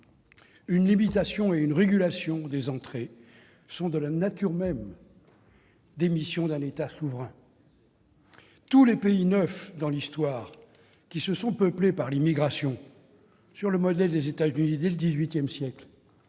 Une limitation et une régulation des entrées sont de la nature même des missions d'un État souverain. Tous les pays neufs dans l'histoire qui se sont peuplés par l'immigration, sur le modèle des États-Unis dès le XVIII siècle,